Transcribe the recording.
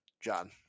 John